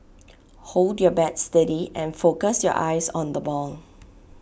hold your bat steady and focus your eyes on the ball